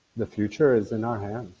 the future is in our hands.